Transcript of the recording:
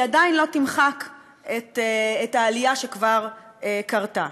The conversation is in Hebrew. היא עדיין לא תמחק את העלייה שכבר קרתה.